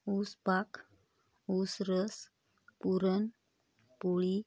उसपाक ऊसरस पुरणपोळी